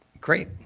Great